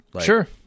Sure